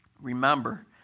Remember